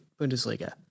Bundesliga